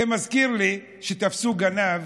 זה מזכיר לי שתפסו גנב